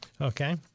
Okay